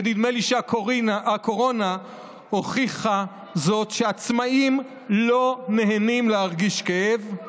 ונדמה לי שהקורונה הוכיחה זאת: עצמאים לא נהנים להרגיש כאב.